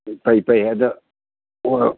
ꯐꯩ ꯐꯩ ꯑꯗꯨ ꯍꯣꯏ